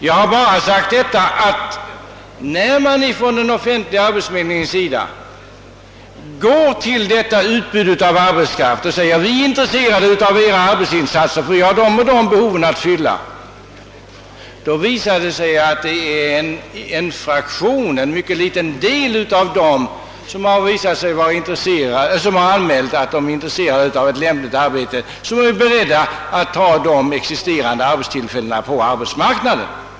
Jag har bara påpekat att när man från den offentliga arbetsförmedlingens sida säger att man är intresserad av vederbörandes arbetsinsatser på grund av att man har vissa arbetskraftsbehov att fylla, då visar det sig att bara en liten fraktion av dem som sålunda anmält sig intresserade av lämplig sysselsättning är beredd att begagna existerande arbetstillfällen på arbetsmarknaden.